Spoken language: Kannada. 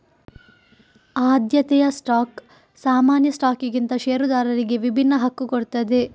ಆದ್ಯತೆಯ ಸ್ಟಾಕ್ ಸಾಮಾನ್ಯ ಸ್ಟಾಕ್ಗಿಂತ ಷೇರುದಾರರಿಗೆ ವಿಭಿನ್ನ ಹಕ್ಕು ಕೊಡ್ತದೆ